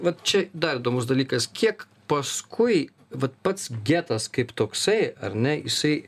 vat čia dar įdomus dalykas kiek paskui vat pats getas kaip toksai ar ne jisai